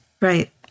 Right